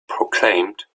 proclaimed